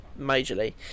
majorly